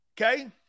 okay